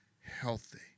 healthy